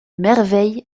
merveille